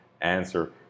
answer